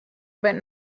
but